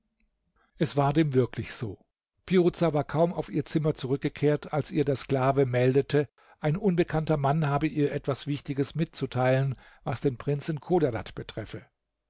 es war dem wirklich so piruza war kaum auf ihr zimmer zurückgekehrt als ihr der sklave meldete ein unbekannter mann habe ihr etwas wichtiges mitzuteilen was den prinzen chodadad betreffe